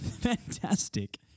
fantastic